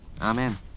amen